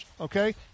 okay